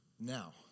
Now